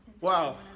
Wow